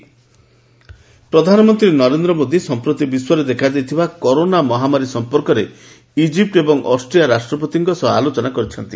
ମୋଦୀ ଆଲୋଚନା ପ୍ରଧାନମନ୍ତ୍ରୀ ନରେନ୍ଦ୍ର ମୋଦୀ ସମ୍ପ୍ରତି ବିଶ୍ୱରେ ଦେଖାଦେଇଥିବା କରୋନା ମହାମାରୀ ସମ୍ପର୍କରେ ଇଜିପୁ ଏବଂ ଅଷ୍ଟ୍ରିଆ ରାଷ୍ଟ୍ରପତିଙ୍କ ସହ ଆଲୋଚନା କରିଛନ୍ତି